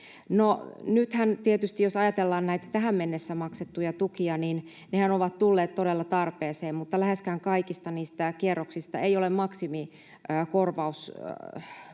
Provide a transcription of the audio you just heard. jos ajatellaan näitä tähän mennessä maksettuja tukia, niin nehän ovat tulleet todella tarpeeseen, mutta läheskään kaikista niistä kierroksista ei ole maksimikorvausbudjettia